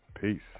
Peace